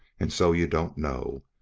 and so you don't know,